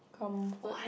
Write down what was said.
comfort